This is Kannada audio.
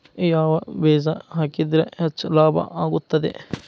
ಯಾವ ಬೇಜ ಹಾಕಿದ್ರ ಹೆಚ್ಚ ಲಾಭ ಆಗುತ್ತದೆ?